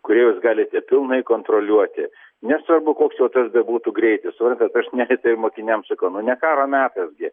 kurį jūs galite pilnai kontroliuoti nesvarbu koks jau tas bebūtų greitis suprantat net ir tai mokiniams sakau nu ne karo metas gi